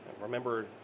Remember